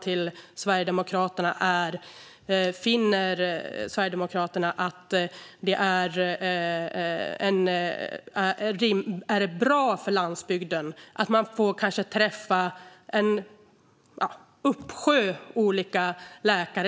Tycker Sverigedemokraterna slutligen att det är bra för landsbygden att man som patient får träffa en uppsjö olika läkare?